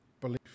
Belief